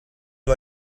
you